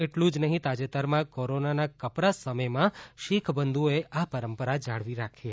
એટલું જ નહીં તાજેતરમાં કોરોનાના કપરા સમયમાં શીખબંધુઓએ આ પરંપરા જાળવી રાખી હતી